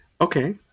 Okay